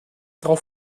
darauf